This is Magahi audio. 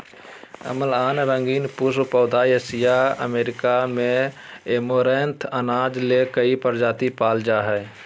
अम्लान रंगीन पुष्प पौधा एशिया अमेरिका में ऐमारैंथ अनाज ले कई प्रजाति पाय जा हइ